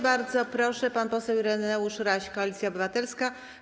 Bardzo proszę, pan poseł Ireneusz Raś, Koalicja Obywatelska.